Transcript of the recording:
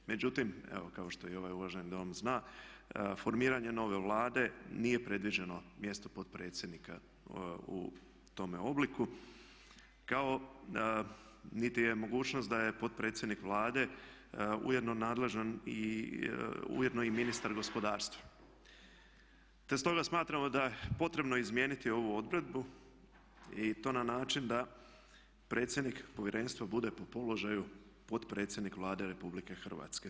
Međutim, evo kao što i ovaj uvaženi Dom zna, formiranjem nove Vlade nije predviđeno mjesto potpredsjednika u tome obliku kao niti mogućnost da potpredsjednik Vlade je ujedno nadležan i ujedno i ministar gospodarstva te stoga smatramo da je potrebno izmijeniti ovu odredbu i to na način da predsjednik povjerenstva bude po položaju potpredsjednik Vlade Republike Hrvatske.